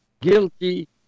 guilty